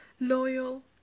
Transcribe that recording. loyal